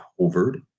hovered